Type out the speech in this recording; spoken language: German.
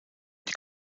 die